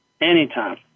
anytime